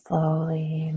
Slowly